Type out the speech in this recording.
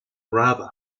rather